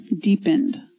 deepened